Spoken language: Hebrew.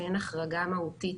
שאין החרגה מהותית